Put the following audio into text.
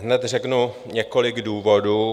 Hned řeknu několik důvodů.